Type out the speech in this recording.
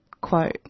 quote